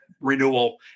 renewal